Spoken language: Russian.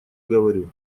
говорю